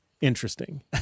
interesting